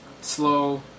Slow